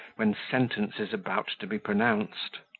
when sentence is about to be pronounced.